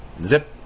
Zip